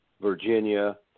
Virginia